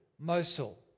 Mosul